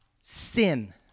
sin